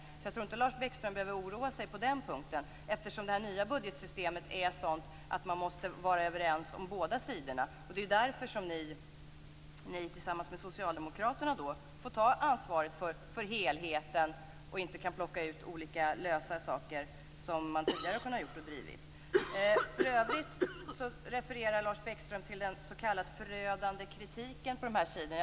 Jag tror därför inte att Lars Bäckström behöver oroa sig på den punkten, eftersom det här nya budgetsystemet är sådant att man måste vara överens om båda sidorna. Det är ju därför som ni tillsammans med Socialdemokraterna får ta ansvaret för helheten och inte kan plocka ut olika lösa delar som man tidigare har kunnat göra och driva. För övrigt refererar Lars Bäckström till den s.k. förödande kritiken på dessa sidor.